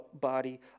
body